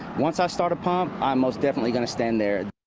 once i start a pump, i most definitely going to stand there.